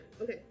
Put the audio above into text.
okay